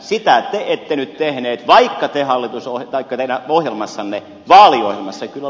sitä te ette nyt tehneet vaikka te vaaliohjelmassanne kyllä lupasitte